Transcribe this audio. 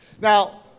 Now